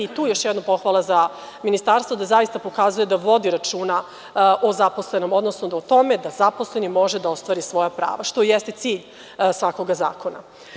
Tu je još jednom pohvala za ministarstvo, jer pokazuje da vodi računa o zaposlenom, odnosno o tome da zaposleni može da ostvari svoja prava, što i jeste cilj svakoga zakona.